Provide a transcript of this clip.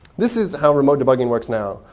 this is how remote debugging works now.